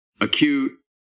acute